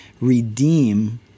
redeem